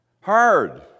hard